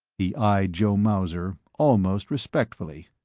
he eyed joe mauser, almost respectfully.